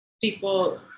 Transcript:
People